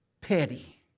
petty